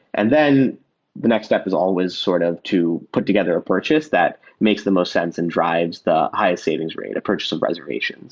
and then the next step is always sort of to put together purchase that makes the most sense and drives the highest savings rate or purchase of reservations